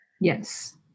yes